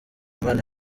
imana